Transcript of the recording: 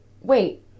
Wait